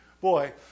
Boy